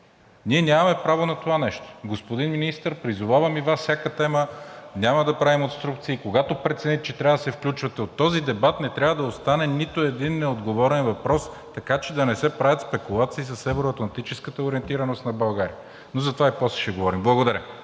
Ние нямаме право на това нещо. Господин Министър, призовавам и Вас, всяка тема – няма да правим обструкции, когато прецените, че трябва да се включвате. От този дебат не трябва да остане нито един неотговорен въпрос, така че да не се правят спекулации с евро-атлантическата ориентираност на България. Но за това и после ще говорим. Благодаря.